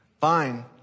fine